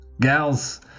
gals